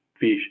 fish